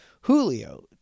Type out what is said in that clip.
Julio